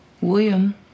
William